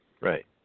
Right